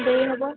ଦେଇହେବ